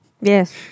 Yes